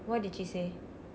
what did she say